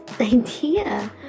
idea